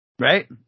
Right